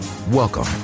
Welcome